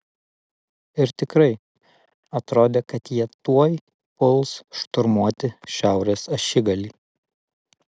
ir tikrai atrodė kad jie tuoj puls šturmuoti šiaurės ašigalį